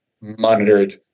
monitored